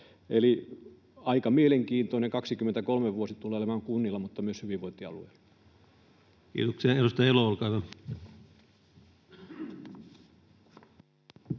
aika mielenkiintoinen kunnilla mutta myös hyvinvointialueilla. Kiitoksia. — Edustaja Elo, olkaa hyvä.